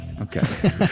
Okay